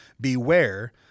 Beware